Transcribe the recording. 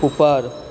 ऊपर